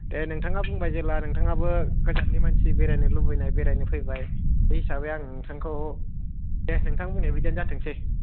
दे नोंथाङा बुंबाय जेब्ला नोंथाङाबो गोजाननि मानसि बेरायनो लुगैनाय बेरायनो फैबाय बे हिसाबै आं नोंथांखौ दे नोंथांमोननि बिदियानो जाथोंसै